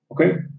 Okay